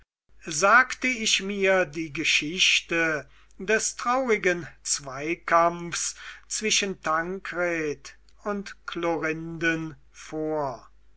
sagte ich mir die geschichte des traurigen zweikampfs zwischen tankred und chlorinden vor